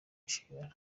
inshingano